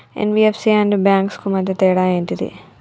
NBFC and banks కు మధ్య తేడా ఏంటిది?